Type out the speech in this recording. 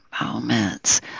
moments